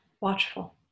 watchful